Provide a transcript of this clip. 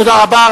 תודה רבה.